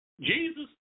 Jesus